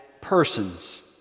persons